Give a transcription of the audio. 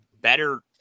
better